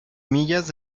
millas